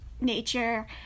nature